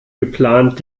geplant